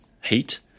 Heat